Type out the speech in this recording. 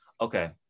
okay